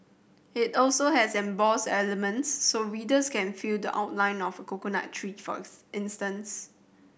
it also has embossed elements so readers can feel the outline of coconut tree for instance